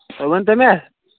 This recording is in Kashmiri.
تُہۍ ؤنۍتو مےٚ